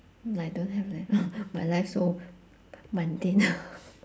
I don't have leh my life so mundane